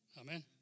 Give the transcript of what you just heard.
Amen